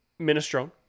minestrone